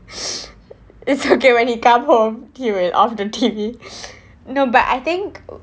it's okay when he come home he will off the T_V no but I think